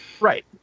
Right